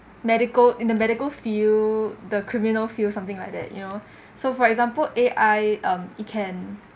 medical in the medical field the criminal field something like that you know so for example A_I um can